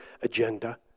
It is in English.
agenda